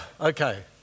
Okay